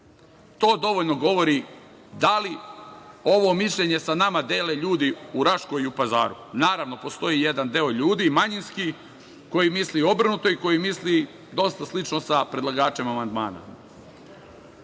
To dovoljno govori da li ovo mišljenje sa nama dele ljudi u Raškoj i u Pazaru. Naravno, postoji jedan deo ljudi, manjinski, koji misli obrnuto i koji misli dosta slično sa predlagačem amandmana. To